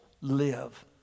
live